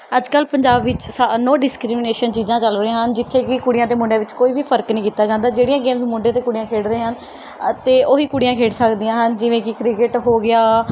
ਅੱਜ ਕੱਲ੍ਹ ਪੰਜਾਬ ਵਿੱਚ ਸਾ ਨੋ ਡਿਸਕ੍ਰੀਮੀਨੇਸ਼ਨ ਚੀਜ਼ਾਂ ਚੱਲ ਰਹੀਆਂ ਹਨ ਜਿੱਥੇ ਕਿ ਕੁੜੀਆਂ ਅਤੇ ਮੁੰਡਿਆਂ ਵਿੱਚ ਕੋਈ ਵੀ ਫਰਕ ਨਹੀਂ ਕੀਤਾ ਜਾਂਦਾ ਜਿਹੜੀਆਂ ਗੇਮ ਮੁੰਡੇ ਅਤੇ ਕੁੜੀਆਂ ਖੇਡ ਰਹੇ ਹਨ ਅਤੇ ਉਹੀ ਕੁੜੀਆਂ ਖੇਡ ਸਕਦੀਆਂ ਹਨ ਜਿਵੇਂ ਕਿ ਕ੍ਰਿਕਟ ਹੋ ਗਿਆ